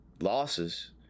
losses